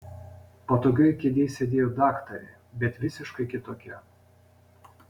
patogioj kėdėj sėdėjo daktarė bet visiškai kitokia